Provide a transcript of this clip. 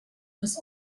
was